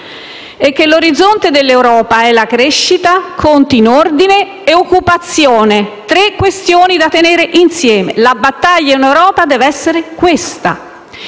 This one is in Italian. e che l'orizzonte dell'Europa è crescita, conti in ordine e occupazione, tre questioni da tenere insieme. La battaglia in Europa deve essere questa.